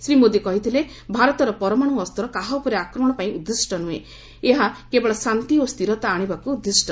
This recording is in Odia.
ଶ୍ରୀ ମୋଦି କହିଥିଲେ ଭାରତର ପରମାଣୁ ଅସ୍ତ କାହା ଉପରେ ଆକ୍ରମଣ ପାଇଁ ଉଦ୍ଦିଷ୍ଟ ନୁହେଁ ଏହା େକେବଳ ଶାନ୍ତି ଓ ସ୍ଥିରତା ଆଶିବାକୁ ଉଦ୍ଦିଷ୍ଟ